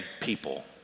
people